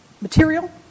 material